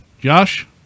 Josh